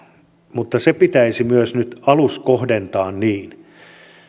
mutta se pitäisi myös nyt aluskohdentaa niin